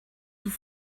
sous